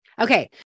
Okay